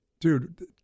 Dude